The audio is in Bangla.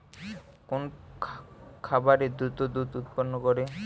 কোন খাকারে দ্রুত দুধ উৎপন্ন করে?